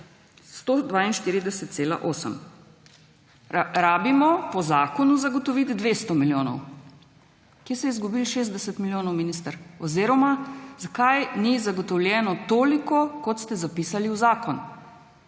49. Po zakonu pa rabimo zagotoviti 200 milijonov. Kje se je izgubilo 60 milijonov, minister, oziroma zakaj ni zagotovljeno toliko, kot ste zapisali v zakon?